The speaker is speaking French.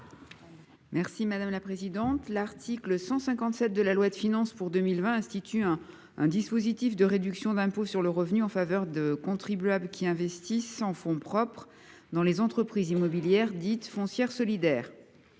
Mme Isabelle Briquet. L’article 157 de la loi de finances pour 2020 institue un dispositif de réduction d’impôt sur le revenu en faveur des contribuables qui investissent en fonds propres dans les entreprises immobilières dites « foncières solidaires